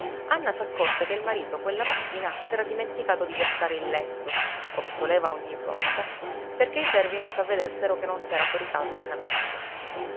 anna s'accorse che il marito quella mattina s'era dimenticato di guastare il letto come soleva ogni volta perché i servi non s'avvedessero che non s'era coricato in camera sua